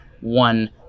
one